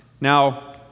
Now